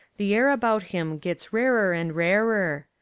the air about him gets rarer and rarer,